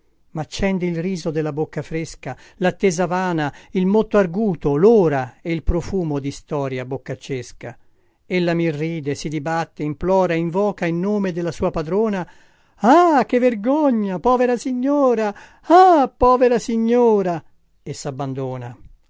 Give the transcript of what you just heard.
maccende il riso della bocca fresca lattesa vana il motto arguto lora e il profumo distoria boccaccesca ella mirride si dibatte implora invoca il nome della sua padrona ah che vergogna povera signora ah povera signora e sabbandona